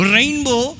Rainbow